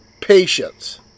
Patience